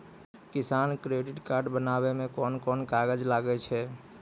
किसान credit card बनाबै मे कोन कोन कागज लागै छै?